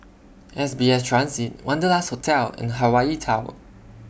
S B S Transit Wanderlust Hotel and Hawaii Tower